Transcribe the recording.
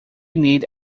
need